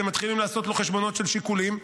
מתחילים לעשות לו חשבונות של שיקולים.